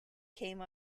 came